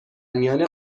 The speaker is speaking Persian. میان